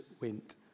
went